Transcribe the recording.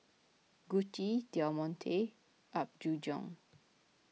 Gucci Del Monte and Apgujeong